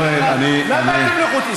חבר'ה, לוקח זמן עד שהוא מתחיל לפעול.